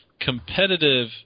Competitive